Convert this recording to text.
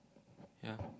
yeah